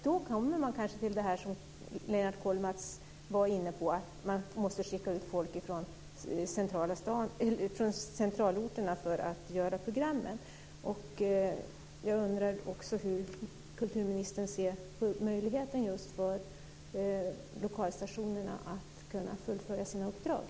Då kommer man kanske till det som Lennart Kollmats var inne på - att folk från centralorterna måste skickas ut för att göra program. Hur ser kulturministern på lokalstationernas möjligheter att fullfölja sina uppdrag?